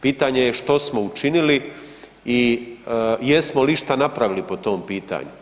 Pitanje je što smo učinili i jesmo li išta napravili po tom pitanju?